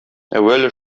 әүвәле